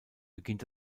beginnt